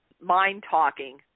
mind-talking